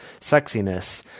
sexiness